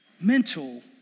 mental